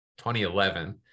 2011